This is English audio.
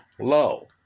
low